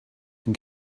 can